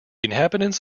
inhabitants